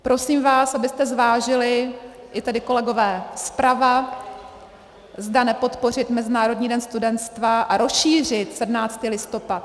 Prosím vás, abyste zvážili, i tady kolegové zprava, zda nepodpořit Mezinárodní den studenstva a rozšířit 17. listopad.